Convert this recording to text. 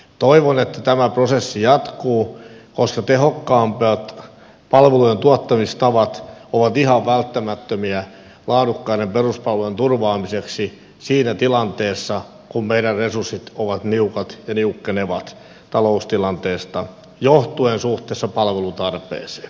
toivon että tämä prosessi jatkuu koska tehokkaammat palvelujen tuottamistavat ovat ihan välttämättömiä laadukkaiden peruspalvelujen turvaamiseksi siinä tilanteessa kun meidän resurssimme ovat niukat ja niukkenevat taloustilanteesta johtuen suhteessa palvelutarpeeseen